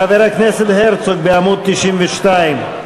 חבר הכנסת הרצוג, בעמוד 92,